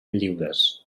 lliures